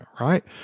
right